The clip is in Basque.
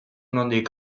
nondik